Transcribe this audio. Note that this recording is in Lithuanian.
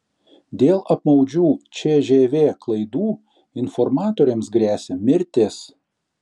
dėl apmaudžių cžv klaidų informatoriams gresia mirtis